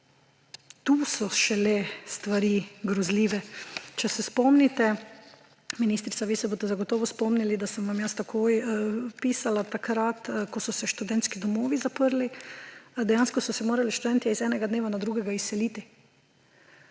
Tu so šele stvari grozljive. Če se spomnite, ministrica, vi se boste zagotovo spomnili, da sem vam takoj pisala, takrat, ko so se študentski domovi zaprli. Dejansko so se morali študentje z enega dneva na drugega izseliti.